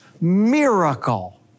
miracle